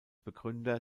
begründer